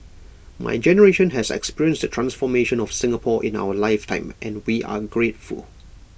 my generation has experienced the transformation of Singapore in our life time and we are grateful